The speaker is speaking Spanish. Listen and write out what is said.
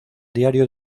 diario